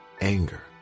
anger